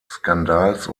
skandals